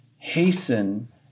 hasten